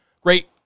Great